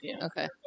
okay